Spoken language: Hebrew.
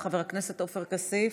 חבר הכנסת עופר כסיף,